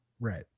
Right